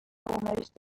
almost